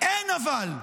אין "אבל".